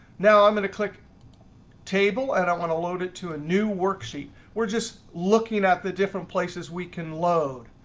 now i'm going to click table, and i want to load it to a new worksheet. we're just looking at the different places we can load.